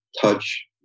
touch